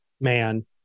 man